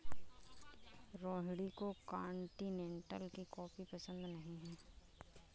रोहिणी को कॉन्टिनेन्टल की कॉफी पसंद नहीं है